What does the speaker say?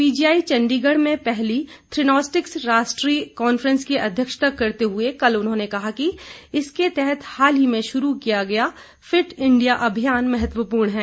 PGI Chandigarh में पहली theranostics राष्ट्रीय कांन्फ्रेंस की अध्यक्षता करते हुए कल उन्होंने कहा कि इसके तहत हाल ही शुरू किया गया फिट इंडिया अभियान महत्वपूर्ण है